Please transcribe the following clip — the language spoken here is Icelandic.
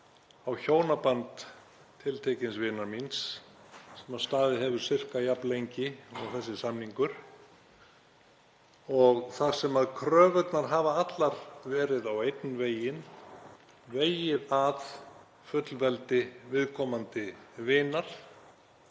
á hjónaband tiltekins vinar míns sem staðið hefur sirka jafn lengi og þessi samningur þar sem kröfurnar hafa allar verið á einn veginn; vegið að fullveldi viðkomandi vinar.